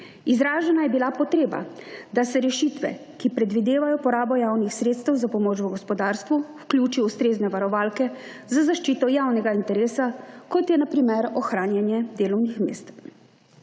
Izražena je bila potreba, da se v rešitve, ki predvidevajo porabo javnih sredstev za pomoč gospodarstvu, vključi ustrezne varovalke za zaščito javnega interesa, kot je na primer ohranjanje delovnih mest.